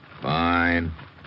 Fine